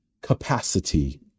capacity